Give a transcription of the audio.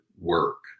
work